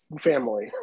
family